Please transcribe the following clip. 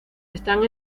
están